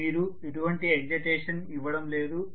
మీరు ఎటువంటి ఎక్సైటేషన్ ఇవ్వడం లేదు